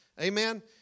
Amen